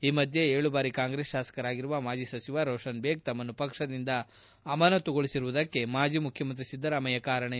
ಈ ಮಧ್ಯೆ ಏಳು ಬಾರಿ ಕಾಂಗ್ರೆಸ್ ಶಾಸಕರಾಗಿರುವ ಮಾಜಿ ಸಚಿವ ರೋಷನ್ ಬೇಗ್ ತಮ್ಮನ್ನು ಪಕ್ಷದಿಂದ ಅಮಾನತ್ತುಗೊಳಿಸಿರುವುದಕ್ಕೆ ಮಾಜಿ ಮುಖ್ಯಮಂತ್ರಿ ಸಿದ್ದರಾಮಯ್ಯ ಕಾರಣ ಎಂದು ಆರೋಪಿಸಿದ್ದಾರೆ